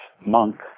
Monk